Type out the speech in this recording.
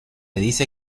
dice